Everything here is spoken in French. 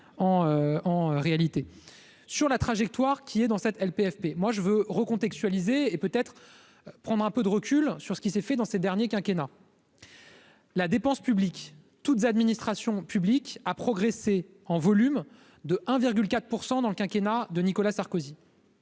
sur la trajectoire qui est dans cette LPFP moi je veux recontextualiser et peut-être prendre un peu de recul sur ce qui s'est fait dans ces derniers quinquennats. La dépense publique, toutes administrations publiques a progressé en volume de 1 virgule 4 % dans le quinquennat de Nicolas Sarkozy.